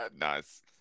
Nice